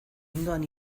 ondoan